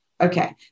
okay